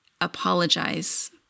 apologize